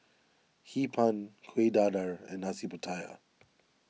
Hee Pan Kuih Dadar and Nasi Pattaya